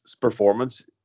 performance